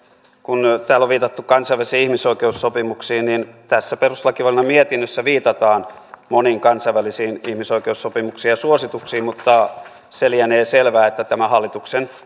kun täällä on viitattu kansainvälisiin ihmisoikeussopimuksiin niin tässä perustuslakivaliokunnan mietinnössä viitataan moniin kansainvälisiin ihmisoikeussopimuksiin ja suosituksiin mutta se lienee selvää että tämä hallituksen